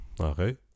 Okay